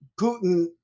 Putin